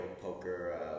poker